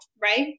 right